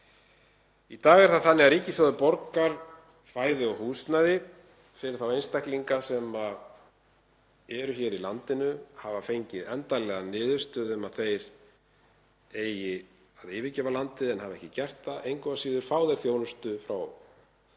Í dag er það þannig að ríkissjóður borgar fæði og húsnæði fyrir þá einstaklinga sem eru hér í landinu, hafa fengið endanlega niðurstöðu um að þeir eigi að yfirgefa landið en hafa ekki gert það. Engu að síður fá þeir þjónustu frá ríkinu